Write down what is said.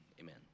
Amen